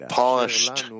polished